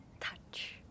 touch